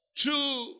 true